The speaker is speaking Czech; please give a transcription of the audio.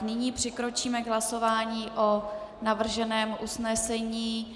Nyní přikročíme k hlasování o navrženém usnesení.